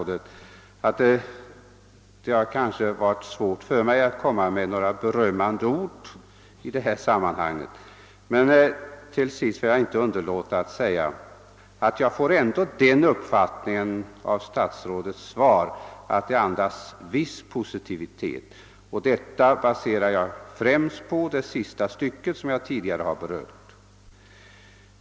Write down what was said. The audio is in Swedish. Det har kanske varit svårt för mig att yttra några berömmande ord i detta sammanhang, men till sist vill jag erkänna att jag ändå har fått uppfattningen att statsrådets svar andas viss positivitet. Den meningen baserar jag främst på hans av slutande ord, som jag tidigare har berört.